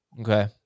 Okay